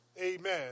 amen